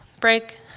Break